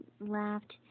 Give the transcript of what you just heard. laughed